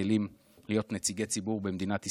והכלים להיות נציגי ציבור במדינת ישראל.